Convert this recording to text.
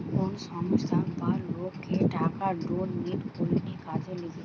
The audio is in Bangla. কোন সংস্থা বা লোককে টাকা ডোনেট করলে কাজের লিগে